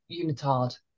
unitard